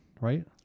right